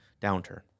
downturn